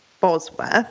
Bosworth